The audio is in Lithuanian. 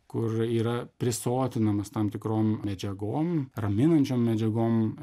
kur yra prisotinamas tam tikrom medžiagom raminančiom medžiagom